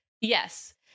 Yes